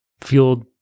fueled